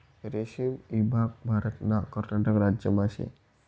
रेशीम ईभाग भारतना कर्नाटक राज्यमा शे